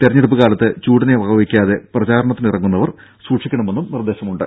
തെരഞ്ഞെടുപ്പ് കാലത്ത് ചൂടിനെ വകവയ്ക്കാതെ പ്രചാരണത്തിനിറങ്ങുന്നവർ സൂക്ഷിക്കണമെന്നും നിർദേശമുണ്ട്